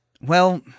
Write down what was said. Well